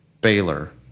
Baylor